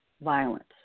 violence